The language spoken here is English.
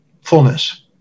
fullness